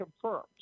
confirmed